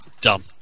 Dumb